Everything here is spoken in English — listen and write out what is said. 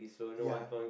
ya